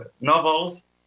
novels